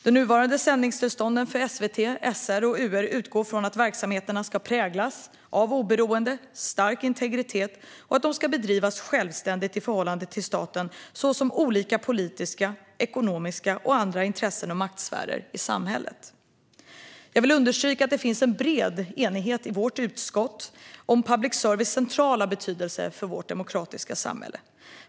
De nuvarande sändningstillstånden för SVT, SR och UR utgår från att verksamheterna ska präglas av oberoende och stark integritet och att de ska bedrivas självständigt i förhållande till staten liksom till olika politiska, ekonomiska och andra intressen och maktsfärer i samhället. Jag vill understryka att det finns en bred enighet i vårt utskott om public services centrala betydelse för vårt demokratiska samhälle.